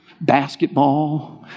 basketball